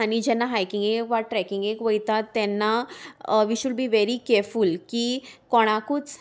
आनी जेन्ना हायकिंगेक वा ट्रेकिंगेक वयतात तेन्ना we should be very careful की कोणाकूच